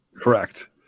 correct